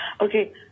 okay